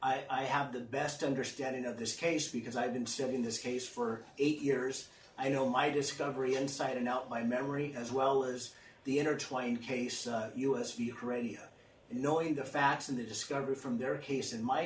derived i have the best understanding of this case because i've been sitting in this case for eight years i know my discovery inside and out my memory as well as the intertwined case us here correia knowing the facts and the discovery from there he's in my